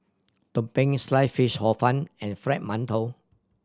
tumpeng Sliced Fish Hor Fun and Fried Mantou